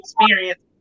experience